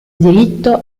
diritto